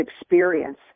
experience